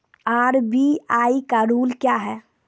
RBI का rule क्या हैं?